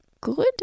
good